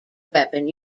weapon